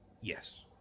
yes